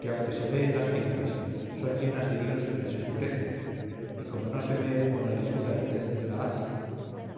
que aunque se veen las figuras son llenas de hilos que las escurecen y no se veen con la lisura y tez de la haz